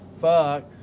fuck